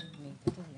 (היו"ר ינון אזולאי, 11:27)